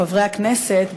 חברי הכנסת,